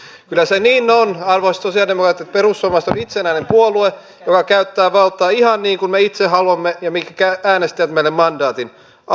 kyllä se niin on arvoisat sosialidemokraatit että perussuomalaiset on itsenäinen puolue joka käyttää valtaa ihan niin kuin me itse haluamme ja minkä äänestäjät meille mandaatin antavat